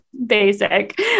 basic